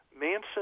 Manson